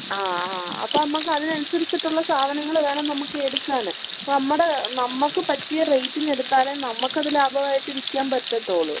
ആ ആ അപ്പം നമ്മൾക്ക് അതിനൻസരിച്ചിട്ടുള്ള സാധനങ്ങൾ വേണം നമക്ക് എടുക്കാൻ അപ്പം നമ്മുടെ നമ്മൾക്ക് പറ്റിയ റേറ്റിന് എടുത്താലേ നമുക്ക് അത് ലാഭമായിട്ട് വിൽക്കാൻ പറ്റുള്ളൂ